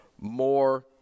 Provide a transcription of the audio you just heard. more